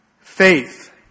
Faith